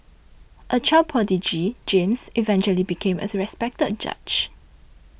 a child prodigy James eventually became a respected judge